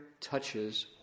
touches